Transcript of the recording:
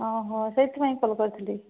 ଓ ହୋ ସେଇଥିପାଇଁ କଲ କରିଥିଲି